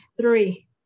three